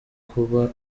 kuba